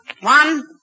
One